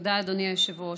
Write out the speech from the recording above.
תודה, אדוני היושב-ראש.